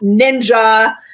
ninja